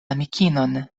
amikinon